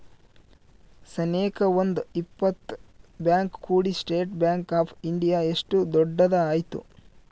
ಸನೇಕ ಒಂದ್ ಇಪ್ಪತ್ ಬ್ಯಾಂಕ್ ಕೂಡಿ ಸ್ಟೇಟ್ ಬ್ಯಾಂಕ್ ಆಫ್ ಇಂಡಿಯಾ ಇಷ್ಟು ದೊಡ್ಡದ ಆಯ್ತು